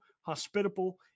hospitable